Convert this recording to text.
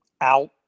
out